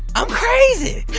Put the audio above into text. i'm crazy!